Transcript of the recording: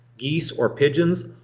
geese, or pigeons.